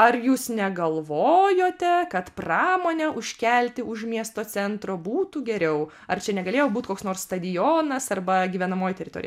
ar jūs negalvojote kad pramonę užkelti už miesto centro būtų geriau ar čia negalėjo būt koks nors stadionas arba gyvenamoji teritorija